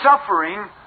suffering